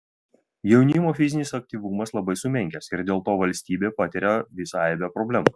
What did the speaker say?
jaunimo fizinis aktyvumas labai sumenkęs ir dėl to valstybė patiria visą aibę problemų